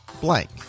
blank